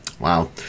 Wow